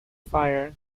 fire